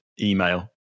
email